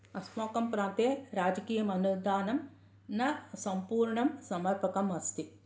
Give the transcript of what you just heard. अस्माकं प्रान्त्ये राजकीयमनुद्दानं न सम्पूर्णं समर्पकं अस्ति